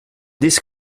this